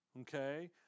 Okay